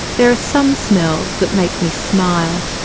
there are some smells that make me smile.